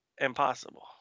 Impossible